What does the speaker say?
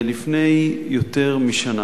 לפני יותר משנה,